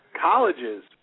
colleges